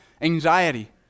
anxiety